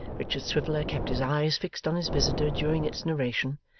richard swiveller kept his eyes fixed on his visitor during its narration,